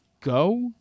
go